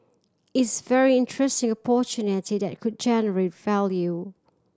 it's very interesting opportunity that could generate value